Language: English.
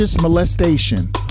molestation